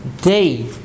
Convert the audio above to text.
day